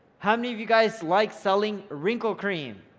how many of you guys like selling wrinkle cream?